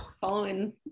following